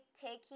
taking